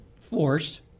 force